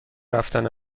رفتن